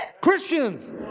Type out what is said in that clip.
Christians